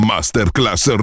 Masterclass